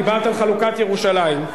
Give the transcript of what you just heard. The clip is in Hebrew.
דיברת על חלוקת ירושלים.